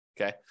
Okay